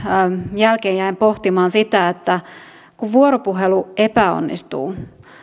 jälkeen jäin pohtimaan sitä että kun vuoropuhelu epäonnistuu